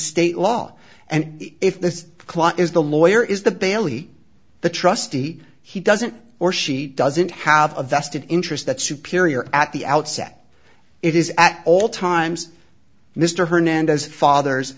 state law and if this client is the lawyer is the bailey the trustee he doesn't or she doesn't have a vested interest that superior at the outset it is at all times mr hernandez father